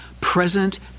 present